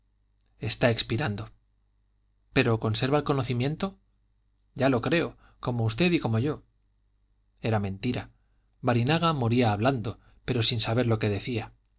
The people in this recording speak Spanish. espirando pero conserva el conocimiento ya lo creo como usted y como yo era mentira barinaga moría hablando pero sin saber lo que decía